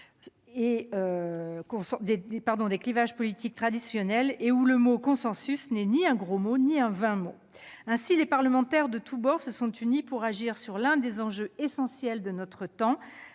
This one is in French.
et où le mot « consensus » n'est ni un gros mot ni un vain mot. Ainsi, des parlementaires de tous bords se sont unis pour agir sur l'un des enjeux essentiels de notre temps,